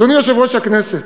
אדוני יושב-ראש הכנסת,